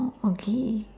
okay